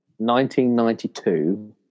1992